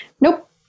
nope